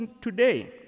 today